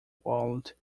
walled